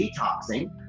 detoxing